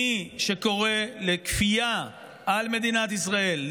מי שקורא לכפייה על מדינת ישראל,